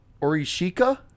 Orishika